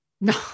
No